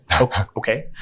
okay